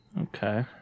Okay